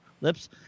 lips